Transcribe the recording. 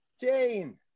Jane